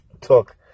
took